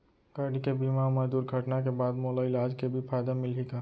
गाड़ी के बीमा मा दुर्घटना के बाद मोला इलाज के भी फायदा मिलही का?